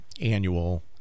annual